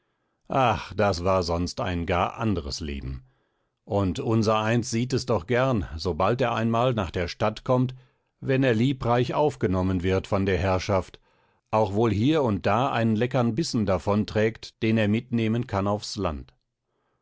ach das war sonst ein gar anderes leben und unser eins sieht es doch gern sobald er einmal nach der stadt kommt wenn er liebreich aufgenommen wird von der herrschaft auch wohl hier und da einen leckern bissen davon trägt den er mitnehmen kann aufs land